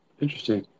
Interesting